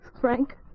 Frank